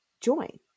join